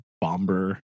Bomber